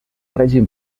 règim